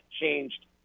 changed